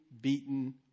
beaten